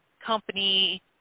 company